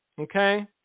Okay